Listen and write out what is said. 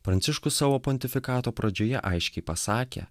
pranciškus savo pontifikato pradžioje aiškiai pasakė